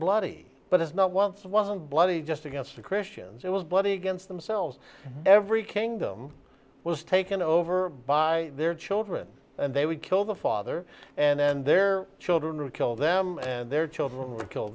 bloody but it's not once wasn't bloody just against the christians it was bloody against themselves every kingdom was taken over by their children and they would kill the father and then their children to kill them and their children would kill